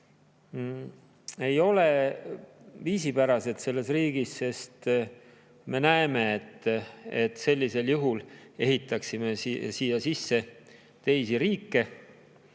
ei ole viisipärased meie riigis. Me näeme, et sellisel juhul me ehitaksime siia sisse teisi riike,